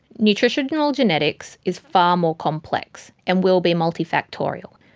nutritional genetics is far more complex and will be multifactorial.